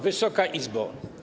Wysoka Izbo!